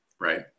right